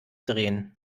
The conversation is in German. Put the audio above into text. drehen